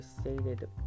stated